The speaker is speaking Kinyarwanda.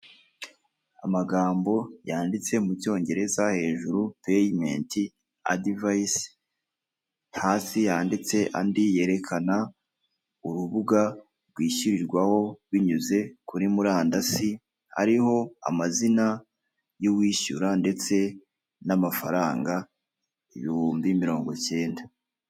Amagambo yanditse mu cyongereza hejuru peyimenti adivayise, hasi handitse andi yerekana urubuga rwishyurirwaho binyuze kuri murandasi, hariho amazina y'uwishyura ndetse n'amafaranga ibihumbi mirongo kenda.